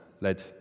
led